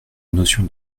notion